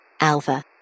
Alpha